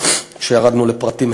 כשירדנו לפרטים,